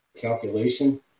calculation